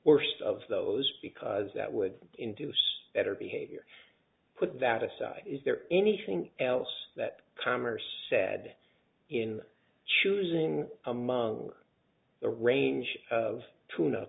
worst of those because that would induce better behavior put that aside is there anything else that commerce said in choosing among the range of tuna